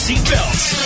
Seatbelts